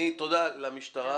תודה למשטרה.